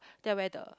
then I wear the